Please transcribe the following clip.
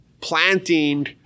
planting